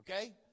okay